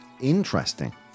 Interesting